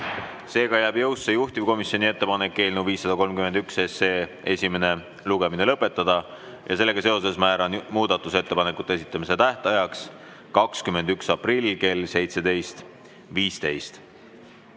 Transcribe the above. Seega jääb jõusse juhtivkomisjoni ettepanek eelnõu 531 esimene lugemine lõpetada. Sellega seoses määran muudatusettepanekute esitamise tähtajaks 21. aprilli kell 17.15.